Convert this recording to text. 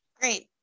Great